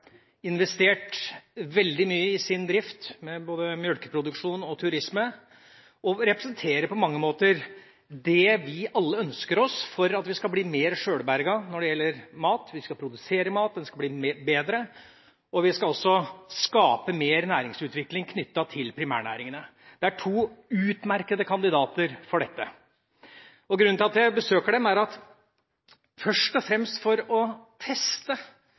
investert veldig mye i gårdsdrift med både melkeproduksjon og turisme, og som på mange måter representerer det vi alle ønsker oss for at vi skal bli mer sjølberget når det gjelder mat. Vi skal produsere mat, den skal bli bedre, og vi skal også skape mer næringsutvikling knyttet til primærnæringene. De er to utmerkede kandidater for dette. Grunnen til at jeg besøker dem, er først og fremst å teste